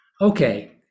Okay